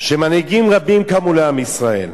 שמנהיגים רבים קמו לעם ישראל